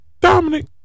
Dominic